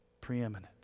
Preeminent